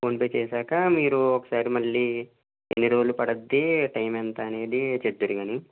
PhonePe చేసాక మీరు ఒకసారి మళ్ళీ ఎన్ని రోజులు పడుతుంది టైం ఎంత అనేది చెబుదురుగాని